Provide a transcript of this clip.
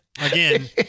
Again